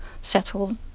settle